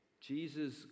Jesus